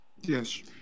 Yes